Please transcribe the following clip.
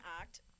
act